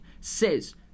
says